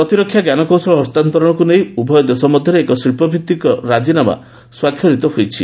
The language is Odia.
ପ୍ରତିରକ୍ଷା ଜ୍ଞାନକୌଶଳ ହସ୍ତାନ୍ତରଣକୁ ନେଇ ଉଭୟ ଦେଶ ମଧ୍ୟରେ ଏକ ଶିଳ୍ପଭିତ୍ତିକ ପ୍ରତିରକ୍ଷା ରାଜିନାମା ମଧ୍ୟ ସ୍ୱାକ୍ଷରିତ ହୋଇଛି